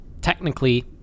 technically